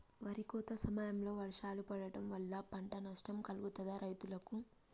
వరి కోత సమయంలో వర్షాలు పడటం వల్ల పంట నష్టం కలుగుతదా రైతులకు?